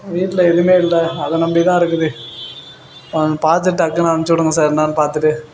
வீட்டில் எதுவுமே இல்லை அதை நம்பி தான் இருக்குது பார்த்து டக்குனு அனுப்பிச்சி விடுங்க சார் என்னன்னு பார்த்துட்டு